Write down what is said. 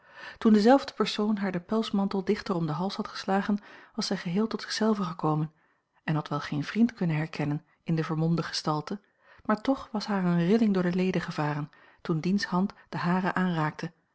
toen diezelfde persoon haar den pelsmantel dichter om den hals had geslagen was zij geheel tot zichzelven gekomen en had wel geen vriend kunnen herkennen in de vermomde gestalte maar toch was haar eene rilling door de leden gevaren toen diens hand de hare aanraakte